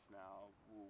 now